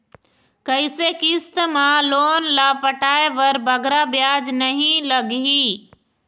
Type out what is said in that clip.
कइसे किस्त मा लोन ला पटाए बर बगरा ब्याज नहीं लगही?